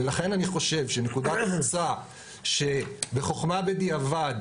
לכן אני חושב שנקודת --- שבחוכמה בדיעבד